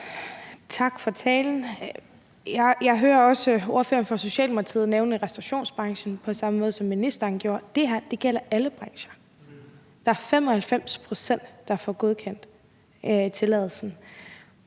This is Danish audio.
Tak for talen. Jeg hører også ordføreren fra Socialdemokratiet nævne restaurationsbranchen, på samme måde som ministeren gjorde – det her gælder alle brancher. Der er 95 pct., der får godkendt tilladelsen.